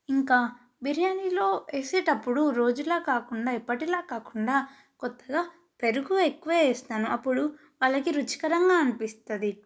ఇంకా బిర్యానీలో వేసేటప్పుడు రోజుల కాకుండా ఎప్పటిలా కాకుండా కొత్తగా పెరుగు ఎక్కువ వేస్తాను అప్పుడు వాళ్ళకి రుచికరంగా అనిపిస్తుంది